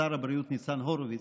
שר הבריאות ניצן הורוביץ.